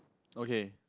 okay